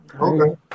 Okay